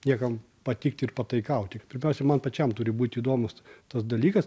niekam patikti ir pataikauti pirmiausia man pačiam turi būti įdomus tas dalykas